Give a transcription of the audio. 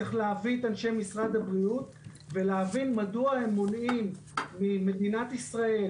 צריך להביא את אנשי משרד הבריאות ולהבין מדוע הם מונעים ממדינת ישראל,